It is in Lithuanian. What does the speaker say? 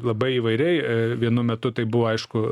labai įvairiai vienu metu tai buvo aišku